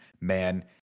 Man